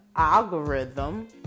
algorithm